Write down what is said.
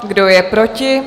Kdo je proti?